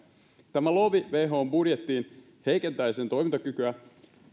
tämä lovi whon budjettiin heikentää sen toimintakykyä